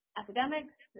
academics